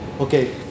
Okay